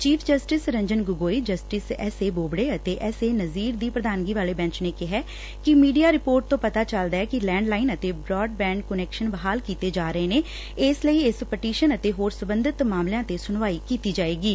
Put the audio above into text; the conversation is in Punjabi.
chief justice Ranjan Gogoi justice S A Bobde ਅਤੇ ਐਸ ਏ ਨਜ਼ੀਰ ਦੀ ਪ੍ਰਧਾਨਗੀ ਵਾਲੇ ਬੈਂਚ ਨੇ ਕਿਹੈ ਕਿ ਮੀਡੀਆ ਰਿਪੋਰਟ ਤੋਂ ਪਤਾ ਚਲਦਾ ਐ ਕਿ ਲੈਡਲਾਈਨ ਅਤੇ ਬਰੋਡਬੈਂਡ ਕਾਨਕੈਸ਼ਨ ਬਹਾਲ ਕੀਤੇ ਜਾ ਰਹੇ ਨੇ ਇਸ ਲਈ ਇਸ ਪਟੀਸ਼ਨ ਅਤੇ ਹੋਰ ਸੰਬਧਤ ਮਾਮਲਿਆਂ ਤੇ ਸੁਣਵਾਈ ਕੀਤੀ ਜਾਏਗੀ